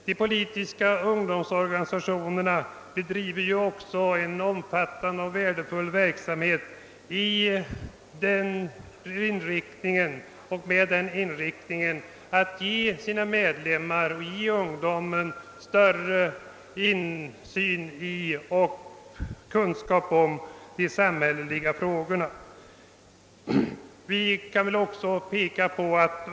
De politiska ungdomsorganisationerna bedriver också en omfattande och värdefull verksamhet för att ge sina medlemmar och ungdomen i allmänhet större insyn i och kunskap om de samhälleliga frågorna.